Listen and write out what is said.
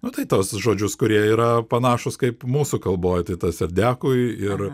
nu tai tuos žodžius kurie yra panašūs kaip mūsų kalboj tai tas diakui ir